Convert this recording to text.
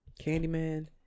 Candyman